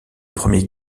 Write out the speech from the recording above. premier